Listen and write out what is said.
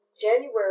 january